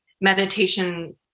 meditation